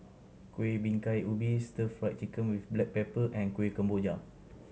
Kuih Bingka Ubi Stir Fried Chicken with black pepper and Kueh Kemboja